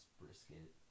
brisket